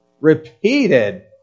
repeated